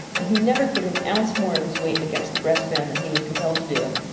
and who never put an ounce more of his weight against the breast-band than he was compelled to do,